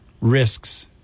risks